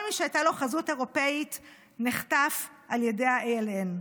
כל מי שהייתה לו חזות אירופית נחטף על ידי ה-ALN.